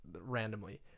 randomly